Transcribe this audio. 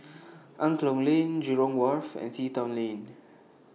Angklong Lane Jurong Wharf and Sea Town Lane